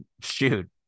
shoot